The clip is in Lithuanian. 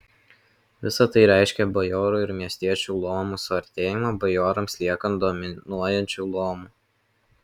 visa tai reiškė bajorų ir miestiečių luomų suartėjimą bajorams liekant dominuojančiu luomu